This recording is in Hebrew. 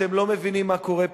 אתם לא מבינים מה קורה פה.